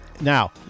Now